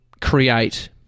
create